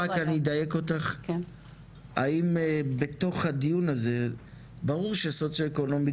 האם בתוך הדיון הזה ברור שסוציואקונומי